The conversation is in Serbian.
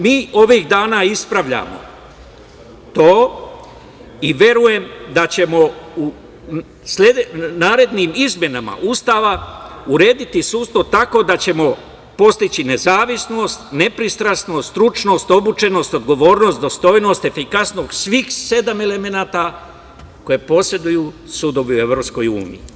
Mi ovih dana ispravljamo to i verujem da ćemo narednim izmenama Ustava urediti sudstvo tako da ćemo postići nezavisnost, nepristrasnost, stručnost, obučenost, odgovornost, dostojnost, efikasnost, svih sedam elemenata koje poseduju sudovi u Evropskoj uniji.